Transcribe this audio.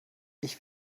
ich